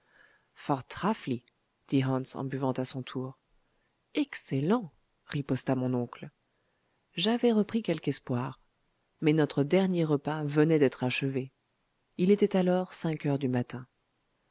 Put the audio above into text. dit hans en buvant à son tour excellent riposta mon oncle j'avais repris quelque espoir mais notre dernier repas venait d'être achevé il était alors cinq heures du matin